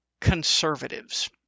conservatives